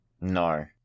No